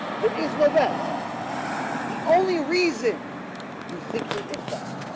there is no bad the only reason you think there is bad